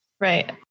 Right